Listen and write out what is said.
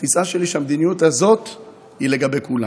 התפיסה שלי היא שהמדיניות הזאת היא לכולם.